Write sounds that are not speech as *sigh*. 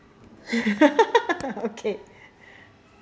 *laughs* okay *breath*